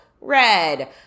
Red